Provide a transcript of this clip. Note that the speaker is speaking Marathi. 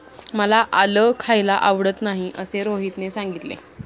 मला आलं खायला आवडत नाही असे रोहितने सांगितले